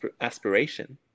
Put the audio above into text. aspiration